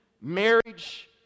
marriage